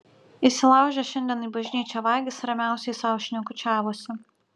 įsilaužę šiandien į bažnyčią vagys ramiausiai sau šnekučiavosi